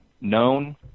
known